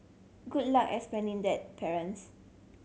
good luck explaining that parents